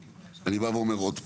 אני בא ואומר עוד פעם.